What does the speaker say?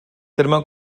terme